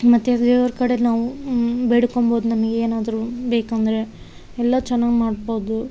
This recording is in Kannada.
ಮತ್ತು ದೇವರ ಕಡೆ ನಾವು ಬೇಡ್ಕೊಬೌದು ನಮಗೆ ಏನಾದರು ಬೇಕು ಅಂದರೆ ಎಲ್ಲ ಚೆನ್ನಾಗ್ ಮಾಡ್ಬೌದು